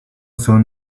son